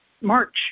March